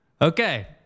Okay